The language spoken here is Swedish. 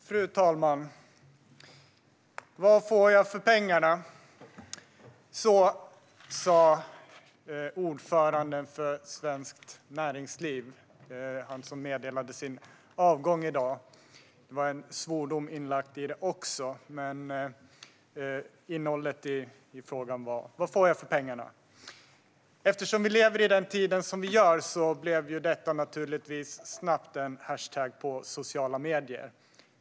Fru talman! Vad får jag för pengarna? Så sa ordföranden för Svenskt Näringsliv, han som meddelande sin avgång i dag. Det var även en svordom inlagd i det, men innehållet i frågan var: Vad får jag för pengarna? Eftersom vi lever i den tid vi gör blev detta naturligtvis snabbt en hashtag på sociala medier.